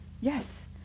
Yes